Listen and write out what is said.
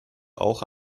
auch